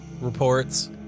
reports